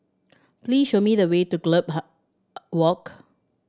please show me the way to Gallop Walk